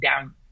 down